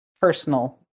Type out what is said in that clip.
personal